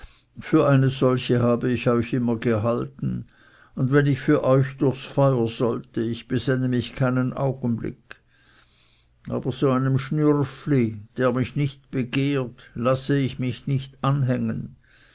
für eine solche habe ich euch immer gehalten und wenn ich für euch durchs feuer sollte ich besänne mich keinen augenblick aber so einem schnürfli der mich nicht begehrt lasse ich mich nicht anhängen